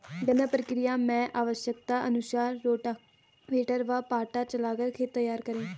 गन्ना प्रक्रिया मैं आवश्यकता अनुसार रोटावेटर व पाटा चलाकर खेत तैयार करें